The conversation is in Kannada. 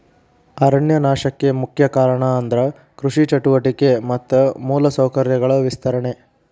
ಅರಣ್ಯ ನಾಶಕ್ಕೆ ಮುಖ್ಯ ಕಾರಣ ಅಂದ್ರ ಕೃಷಿ ಚಟುವಟಿಕೆ ಮತ್ತ ಮೂಲ ಸೌಕರ್ಯಗಳ ವಿಸ್ತರಣೆ